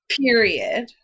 period